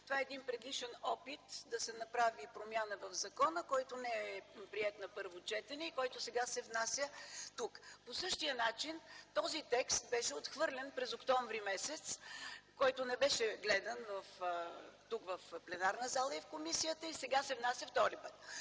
това е един предишен опит да се направи промяна в закона, който не е приет на първо четене и който сега се внася тук. По същия начин този текст беше отхвърлен през м. октомври, който не беше гледан тук в пленарната зала и в комисията и сега се внася втори път.